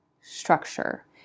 structure